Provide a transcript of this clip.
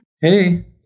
Hey